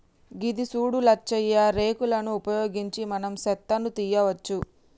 గిది సూడు లచ్చయ్య రేక్ లను ఉపయోగించి మనం సెత్తను తీయవచ్చు